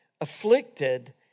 afflicted